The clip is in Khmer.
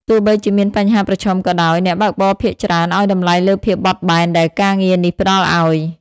ទោះបីជាមានបញ្ហាប្រឈមក៏ដោយ អ្នកបើកបរភាគច្រើនឱ្យតម្លៃលើភាពបត់បែនដែលការងារនេះផ្តល់ឱ្យ។